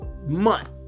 month